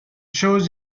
shows